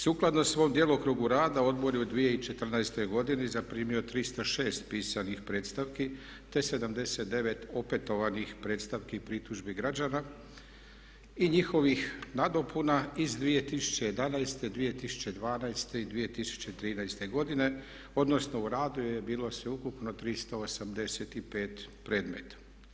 Sukladno svom djelokrugu rada Odbor je u 2014. godini zaprimio 306 pisanih predstavki te 79 opetovanih predstavki i pritužbi građana i njihovih nadopuna iz 2011., 2012., i 2013. godine odnosu u radu je bilo sveukupno 385 predmeta.